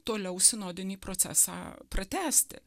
toliau sinodinį procesą pratęsti